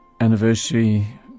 anniversary